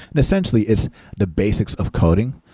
and essentially, it's the basics of coding.